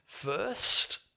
first